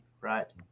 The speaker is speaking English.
right